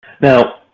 Now